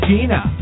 Gina